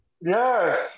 Yes